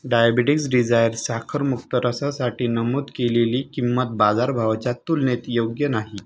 diabetics desire साखरमुक्त रसासाठी नमूद केलेली किंमत बाजारभावाच्या तुलनेत योग्य नाही